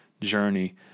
journey